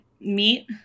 meet